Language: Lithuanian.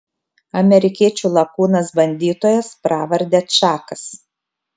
amerikiečių lakūnas bandytojas pravarde čakas